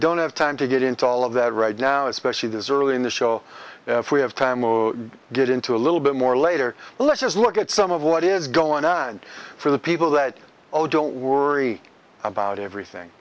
don't have time to get into all of that right now especially deserving the show if we have time we get into a little bit more later let's just look at some of what is going on for the people that oh don't worry about everything